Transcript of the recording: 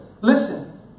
Listen